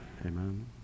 amen